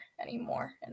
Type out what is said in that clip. anymore